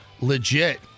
legit